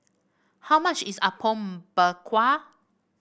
how much is Apom Berkuah